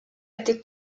été